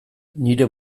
nire